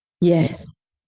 Yes